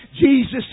Jesus